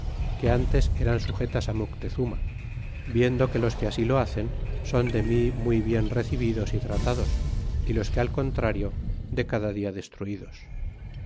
que sute eran sujetas kluteczuma viendo que los que así lo be cesa son de mi muy bien rescibidos y tratados y los que al contrario de cada dia destruidos